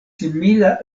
simila